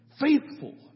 Faithful